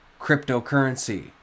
Cryptocurrency